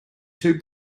two